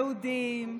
יהודים,